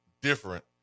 different